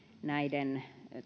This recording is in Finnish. näiden